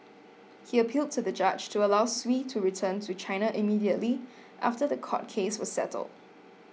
he appealed to the judge to allow Sui to return to China immediately after the court case was settled